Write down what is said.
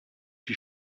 die